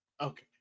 Okay